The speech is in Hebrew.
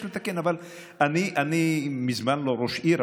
אני מזמן לא ראש עיר,